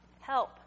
Help